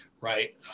right